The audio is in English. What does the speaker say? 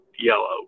yellow